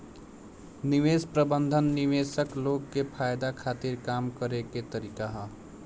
निवेश प्रबंधन निवेशक लोग के फायदा खातिर काम करे के तरीका ह